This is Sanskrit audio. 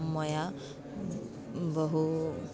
मया बहु